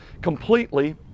completely